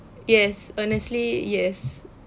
yes honestly yes